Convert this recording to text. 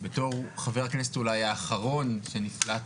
בתור חבר הכנסת האחרון שנפלט